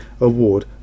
Award